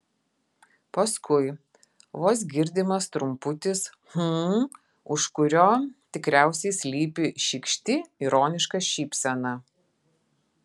paskui vos girdimas trumputis hm už kurio tikriausiai slypi šykšti ironiška šypsena